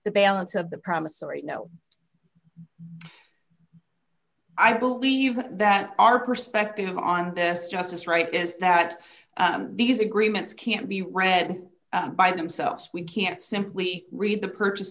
the balance of the promissory note i believe that our perspective on this justice right is that these agreements can't be read by themselves we can't simply read the purchase